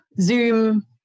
Zoom